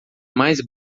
mais